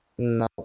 No